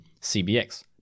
CBX